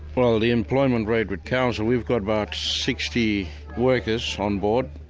well the employment rate with council, we've got about sixty workers on board,